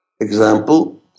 Example